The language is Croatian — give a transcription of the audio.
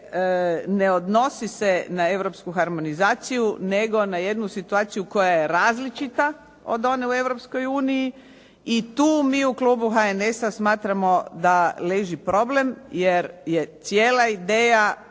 ne odnosi se na europsku harmonizaciju, nego na jednu situaciju koja je različita od one u Europskoj uniji i tu mi u klubu HNS-a smatramo da leži problem jer je cijela ideja